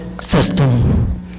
system